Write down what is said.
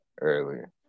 earlier